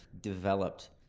developed